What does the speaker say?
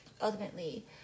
ultimately